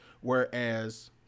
Whereas